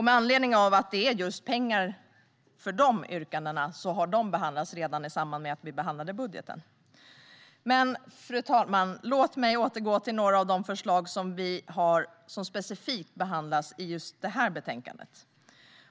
Med anledning av att det för dessa yrkanden handlar om pengar har de behandlats redan i samband med budgetbehandlingen. Fru talman! Låt mig återgå till några av våra förslag som specifikt behandlas i detta betänkande.